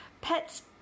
pets